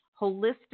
holistic